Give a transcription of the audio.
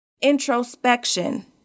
introspection